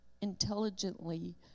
intelligently